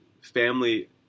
family